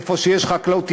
איפה שיש חקלאות,